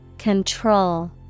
Control